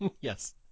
Yes